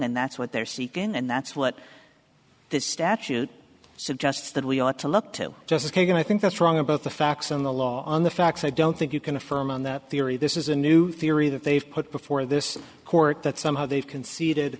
and that's what they're seeking and that's what this statute suggests that we ought to look to justice kagan i think that's wrong about the facts on the law on the facts i don't think you can affirm on that theory this is a new theory that they've put before this court that somehow they've conceded